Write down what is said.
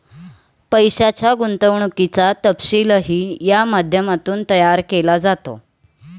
पैशाच्या गुंतवणुकीचा तपशीलही या माध्यमातून तयार केला जातो